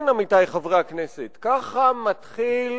כן, עמיתי חברי הכנסת, ככה מתחיל